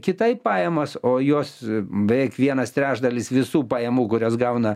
kitaip pajamas o jos beveik vienas trečdalis visų pajamų kurias gauna